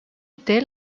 obté